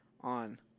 on